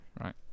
right